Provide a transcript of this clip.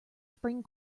spring